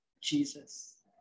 Jesus